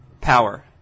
power